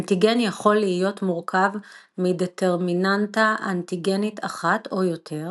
אנטיגן יכול להיות מורכב מדטרמיננטה אנטיגנית אחת או יותר,